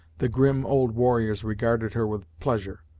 the grim old warriors regarded her with pleasure,